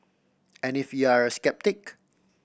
and if you're a sceptic